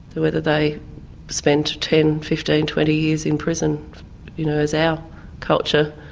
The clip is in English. whether they spend ten, fifteen, twenty years in prison you know as our culture